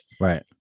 Right